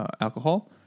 alcohol